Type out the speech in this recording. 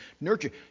nurture